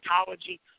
psychology